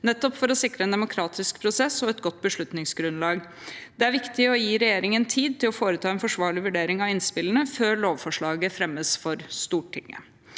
nettopp for å sikre en demokratisk prosess og et godt beslutningsgrunnlag. Det er viktig å gi regjeringen tid til å foreta en forsvarlig vurdering av innspillene før lovforslaget fremmes for Stortinget.